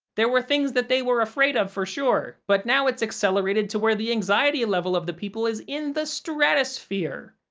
there were things that they were afraid of for sure, but now it's accelerated to where the anxiety level of the people is in the stratosphere.